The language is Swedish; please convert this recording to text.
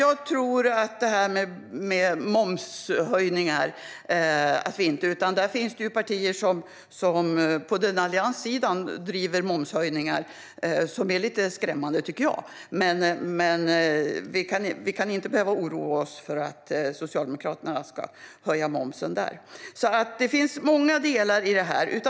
När det gäller momshöjningar finns det partier på allianssidan som driver på för momshöjningar som jag tycker är lite skrämmande. Men vi ska inte behöva oroa oss för att Socialdemokraterna ska höja momsen där. Det finns många delar i det här.